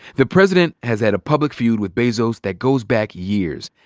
the president has had a public feud with bezos that goes back years.